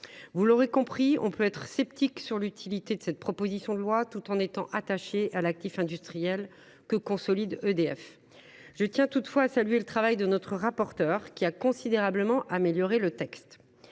vous l’aurez compris, on peut rester sceptique quant à l’utilité de cette proposition de loi tout en étant attaché à l’actif industriel que consolide EDF. Je tiens toutefois à saluer le travail de notre rapporteur, qui a considérablement amélioré le présent